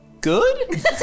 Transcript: good